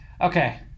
Okay